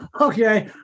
okay